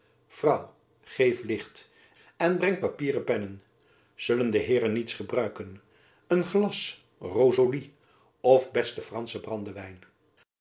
geef licht en breng papier en pennen zullen de heeren niets gebruiken een glas rosolis of besten franschen brandewijn